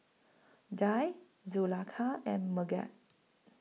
Dhia Zulaikha and Megat